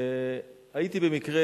הייתי במקרה